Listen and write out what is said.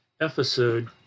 episode